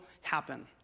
happen